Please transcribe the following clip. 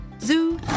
zoo